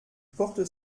porte